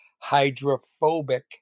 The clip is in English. hydrophobic